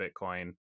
Bitcoin